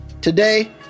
today